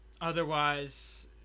otherwise